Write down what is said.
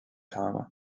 saama